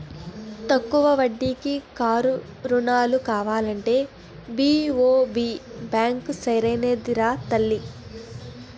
తక్కువ వడ్డీకి కారు రుణాలు కావాలంటే బి.ఓ.బి బాంకే సరైనదిరా తల్లీ